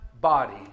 body